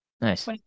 nice